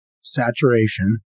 saturation